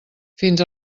fins